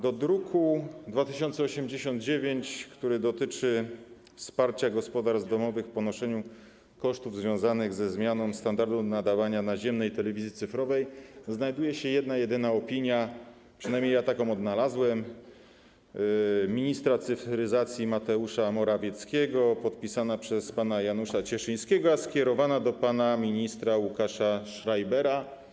Do projektu ustawy z druku nr 2089, który dotyczy wsparcia gospodarstw domowych w ponoszeniu kosztów związanych ze zmianą standardu nadawania naziemnej telewizji cyfrowej, dołączona została jedna jedyna opinia - przynajmniej ja taką odnalazłem - ministra cyfryzacji Mateusza Morawieckiego, podpisana przez pana Janusza Cieszyńskiego, a skierowana do pana ministra Łukasza Schreibera.